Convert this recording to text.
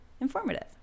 informative